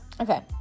Okay